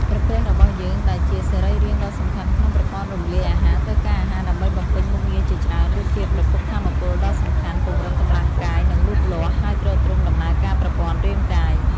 ក្រពះរបស់យើង ដែលជាសរីរាង្គដ៏សំខាន់ក្នុងប្រព័ន្ធរំលាយអាហារ ត្រូវការអាហារដើម្បីបំពេញមុខងារជាច្រើន ដូចជា ប្រភពថាមពលដ៏សំខាន់ ពង្រឹងកម្លាំងកាយ និងលូតលាស់ ហើយទ្រទ្រង់ដំណើរការប្រព័ន្ធរាងកាយ។